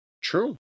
True